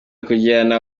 kugirana